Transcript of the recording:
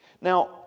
Now